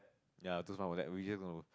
ya just one of that we just know